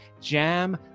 jam